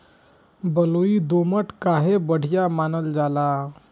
बलुई दोमट काहे बढ़िया मानल जाला?